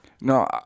No